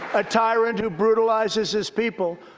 a tyrant who brutalizes his people.